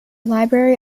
library